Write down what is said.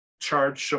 charge